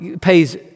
pays